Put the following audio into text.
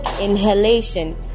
inhalation